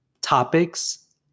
topics